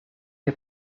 che